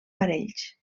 parells